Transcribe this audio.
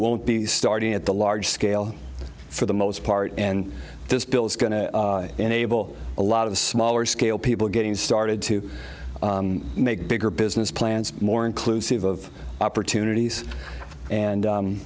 won't be starting at the large scale for the most part and this bill is going to enable a lot of smaller scale people getting started to make bigger business plans more inclusive of opportunities and